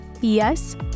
Yes